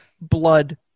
blood